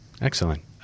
excellent